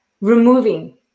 removing